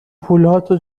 پولهاتو